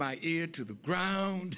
my ear to the ground